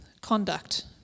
conduct